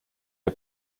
der